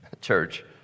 Church